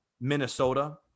Minnesota